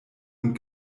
und